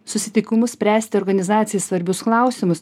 susitikimus spręsti organizacijai svarbius klausimus